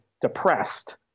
depressed